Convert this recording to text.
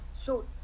short